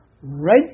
right